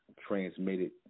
transmitted